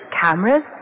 cameras